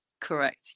Correct